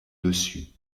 dessus